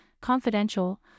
confidential